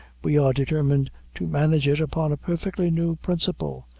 we are determined to manage it upon a perfectly new principle.